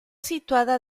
situada